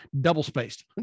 double-spaced